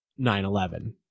9/11